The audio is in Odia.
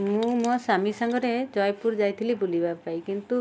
ମୁଁ ମୋ ସ୍ୱାମୀ ସାଙ୍ଗରେ ଜୟପୁର ଯାଇଥିଲି ବୁଲିବା ପାଇଁ କିନ୍ତୁ